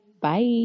bye